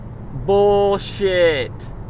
Bullshit